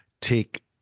take